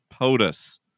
POTUS